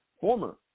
former